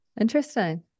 Interesting